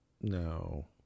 No